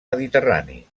mediterrani